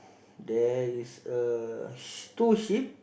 there is a sh~ two ship